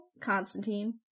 Constantine